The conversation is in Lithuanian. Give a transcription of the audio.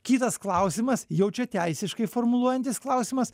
kitas klausimas jau čia teisiškai formuluojantis klausimas